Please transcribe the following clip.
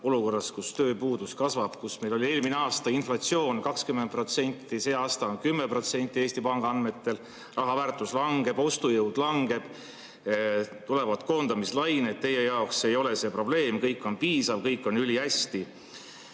olukorras, kus tööpuudus kasvab, kus meil oli eelmine aasta inflatsioon 20%, see aasta on 10%, Eesti Panga andmetel raha väärtus langeb, ostujõud langeb, tulevad koondamislained. Teie jaoks ei ole see probleem. Kõik on piisav, kõik on ülihästi,